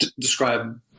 describe